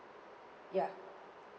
yeah